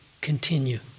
continue